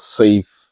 safe